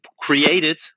created